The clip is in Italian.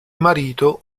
marito